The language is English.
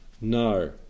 No